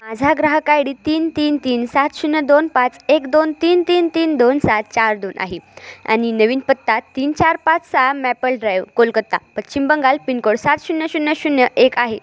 माझा ग्राहक I D तीन तीन तीन सात शून्य दोन पाच एक दोन तीन तीन तीन दोन सात चार दोन आहे आणि नवीन पत्ता तीन चार पाच सहा maple drive Kolkata Paschim Bangal pin code सात शून्य शून्य शून्य एक आहे